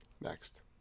Next